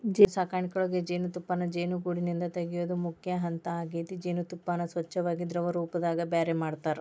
ಜೇನುಸಾಕಣಿಯೊಳಗ ಜೇನುತುಪ್ಪಾನ ಜೇನುಗೂಡಿಂದ ತಗಿಯೋದು ಮುಖ್ಯ ಹಂತ ಆಗೇತಿ ಜೇನತುಪ್ಪಾನ ಸ್ವಚ್ಯಾಗಿ ದ್ರವರೂಪದಾಗ ಬ್ಯಾರೆ ಮಾಡ್ತಾರ